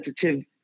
sensitive